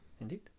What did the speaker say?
Indeed